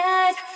eyes